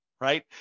right